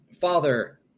Father